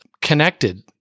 connected